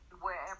wherever